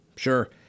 Sure